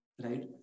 Right